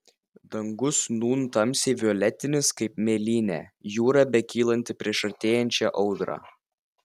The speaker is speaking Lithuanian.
dangus nūn tamsiai violetinis kaip mėlynė jūra bekylanti prieš artėjančią audrą